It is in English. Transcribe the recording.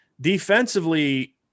Defensively